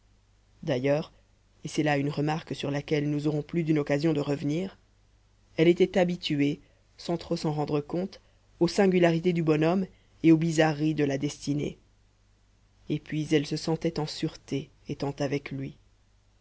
d'ailleurs et c'est là une remarque sur laquelle nous aurons plus d'une occasion de revenir elle était habituée sans trop s'en rendre compte aux singularités du bonhomme et aux bizarreries de la destinée et puis elle se sentait en sûreté étant avec lui